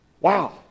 Wow